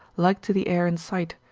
like to the air in sight,